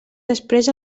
després